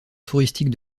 touristiques